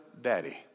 Daddy